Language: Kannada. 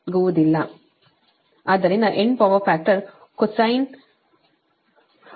ಆದ್ದರಿಂದ ಎಂಡ್ ಪವರ್ ಫ್ಯಾಕ್ಟರ್ ಕೊಸೈನ್ 41